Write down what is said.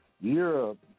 Europe